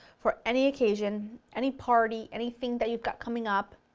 for any occasion, any party, anything that you've got coming up,